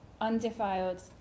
undefiled